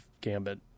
gambit